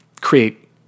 create